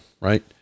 right